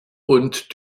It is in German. und